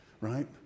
right